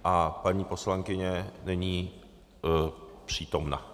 A paní poslankyně není přítomna.